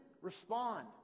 respond